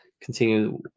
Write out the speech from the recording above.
continue